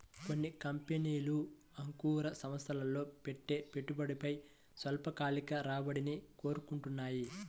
కొన్ని కంపెనీలు అంకుర సంస్థల్లో పెట్టే పెట్టుబడిపై స్వల్పకాలిక రాబడిని కోరుకుంటాయి